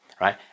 right